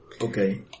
Okay